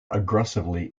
aggressively